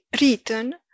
written